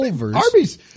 Arby's